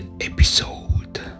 episode